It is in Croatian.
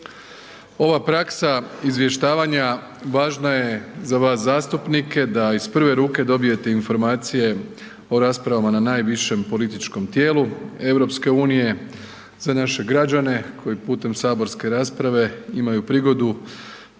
Ova praksa izvještavanja važna je za vas zastupnike da iz prve ruke dobijete informacije o raspravama na najvišem političkom tijelu EU, za naše građane koji putem saborske rasprave imaju prigodu